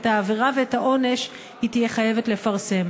את העבירה ואת העונש היא תהיה חייבת לפרסם.